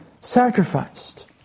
sacrificed